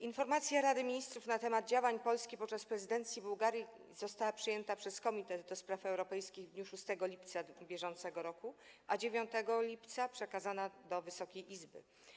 Informacja Rady Ministrów na temat działań Polski podczas prezydencji Bułgarii została przyjęta przez Komitet do Spraw Europejskich w dniu 6 lipca br., a 9 lipca została przekazana do Wysokiej Izby.